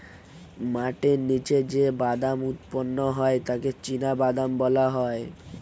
মাটির নিচে যে বাদাম উৎপন্ন হয় তাকে চিনাবাদাম বলা হয়